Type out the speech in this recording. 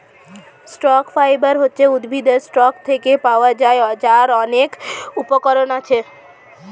stock fibre হচ্ছে উদ্ভিদের stock থেকে পাওয়া যায়, যার অনেক উপকরণ আছে